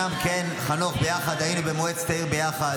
כן, חנוך, היינו במועצת העיר ביחד.